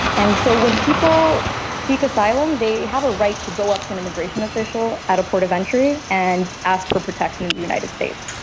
and so when people seek asylum, they have a right to go up to an immigration official at a port of entry and ask for protection in the united states.